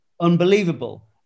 Unbelievable